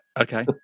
okay